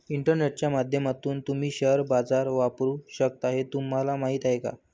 इंटरनेटच्या माध्यमातून तुम्ही शेअर बाजार वापरू शकता हे तुम्हाला माहीत आहे का?